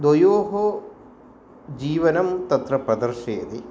द्वयोः जीवनं तत्र प्रदर्शयति